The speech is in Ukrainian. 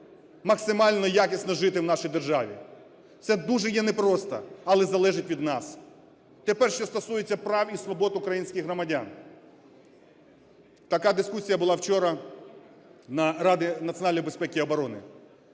максимально якісно жити в нашій державі. Це дуже є непросто, але залежить від нас. Тепер, що стосується прав і свобод українських громадян. Така дискусія була вчора на Раді національної безпеки і оборони.